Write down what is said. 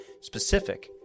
specific